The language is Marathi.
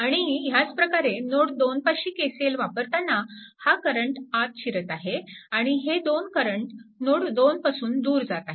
आणि ह्याच प्रकारे नोड 2 पाशी KCL वापरताना हा करंट आत शिरत आहे आणि हे दोन करंट नोड 2 पासून दूर जात आहेत